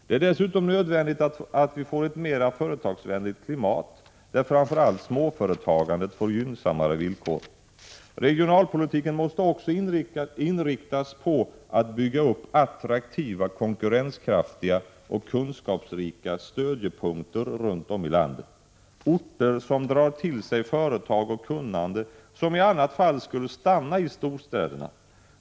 Det är dessutom nödvändigt att vi får ett mera företagsvänligt klimat, där framför allt småföretagandet får gynnsammare villkor. Regionalpolitiken måste också inriktas på att bygga upp attraktiva, konkurrenskraftiga och kunskapsrika stödjepunkter runt om i landet, orter som drar till sig företag och kunnande som i annat fall skulle stanna i storstäderna.